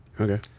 Okay